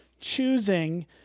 choosing